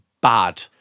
bad